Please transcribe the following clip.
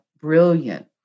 brilliant